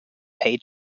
pay